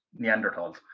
Neanderthals